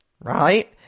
right